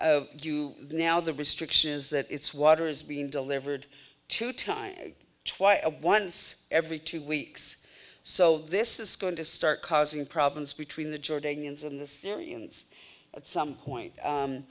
you now the restriction is that its water is being delivered to time twice once every two weeks so this is going to start causing problems between the jordanians and the syrians at some point